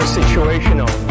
situational